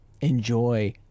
enjoy